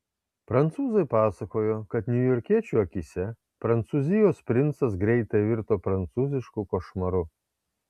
prancūzai pasakojo kad niujorkiečių akyse prancūzijos princas greitai virto prancūzišku košmaru